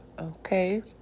Okay